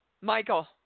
Michael